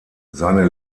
seine